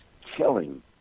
killing